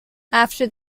after